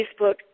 Facebook